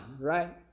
right